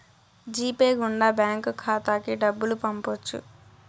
G Pay గుండా bank ఖాతాకి డబ్బులు పంపొచ్చు